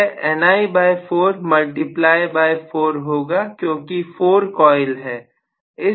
यह 4 multiply by 4 होगा क्योंकि ऐसी 4 कॉइल है